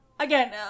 Again